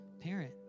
parent